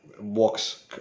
walks